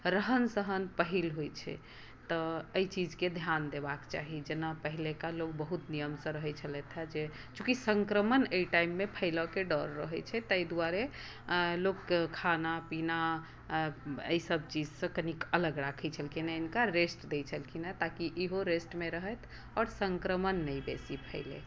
रहन सहन पहील होइ छै तऽ एहि चीजके ध्यान देबाक चाही जेना पहिलका लोग बहुत नियमसँ रहै छलथि हॅं जे चूँकि संक्रमण एहि टाइम मे फैलऽ के डर रहै छै ताहि दुआरे लोकके खाना पीना एहि सभ चीजसॅं कनीक अलग राखै छलखिन हिनका रेस्ट दै छलखिन ताकी इहो रेस्ट मे रहैत आओर संक्रमण नहि बेसी फैलै